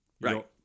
Right